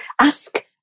ask